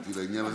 נתתי לעניין הזה.